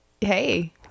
Hey